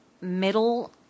middle